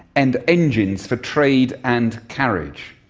and engines for trade and carriage.